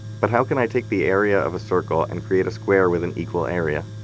but how can i take the area of a circle and create a square with an equal area?